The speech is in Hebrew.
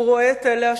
הוא רואה את אלה השותקים,